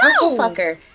No